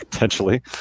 Potentially